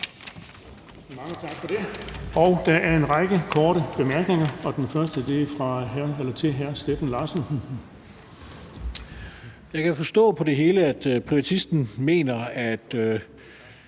Mange tak for det. Der er en række korte bemærkninger, og den første er til hr. Steffen Larsen. Kl. 13:24 Steffen Larsen (LA): Jeg kan forstå på det hele, at privatisten mener, at